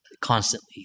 constantly